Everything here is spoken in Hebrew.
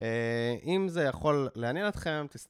אם זה יכול לענין אתכם תסתכלו